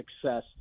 success